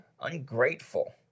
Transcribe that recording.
ungrateful